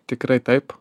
tikrai taip